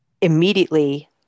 immediately